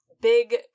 big